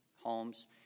homes